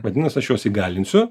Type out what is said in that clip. vadinas aš juos įgalinsiu